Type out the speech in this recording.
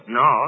no